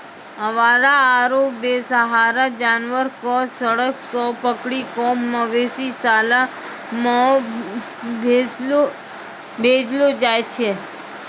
आवारा आरो बेसहारा जानवर कॅ सड़क सॅ पकड़ी कॅ मवेशी शाला मॅ भेजलो जाय छै